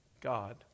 God